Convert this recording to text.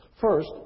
first